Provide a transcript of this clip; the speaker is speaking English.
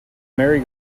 merry